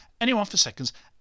anyoneforseconds